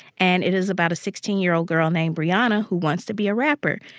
and it is about a sixteen year old girl named brianna who wants to be a rapper.